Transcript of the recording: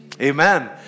Amen